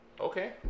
Okay